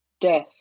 death